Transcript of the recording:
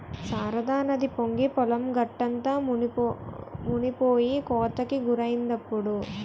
శారదానది పొంగి పొలం గట్టంతా మునిపోయి కోతకి గురైందిప్పుడు